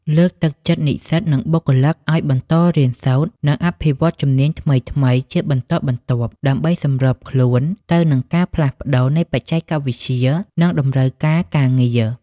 លើកទឹកចិត្តនិស្សិត និងបុគ្គលិកឱ្យបន្តរៀនសូត្រ និងអភិវឌ្ឍជំនាញថ្មីៗជាបន្តបន្ទាប់ ដើម្បីសម្របខ្លួនទៅនឹងការផ្លាស់ប្តូរនៃបច្ចេកវិទ្យា និងតម្រូវការការងារ។